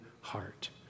heart